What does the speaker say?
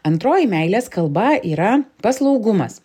antroji meilės kalba yra paslaugumas